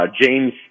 James